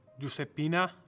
Giuseppina